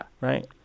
right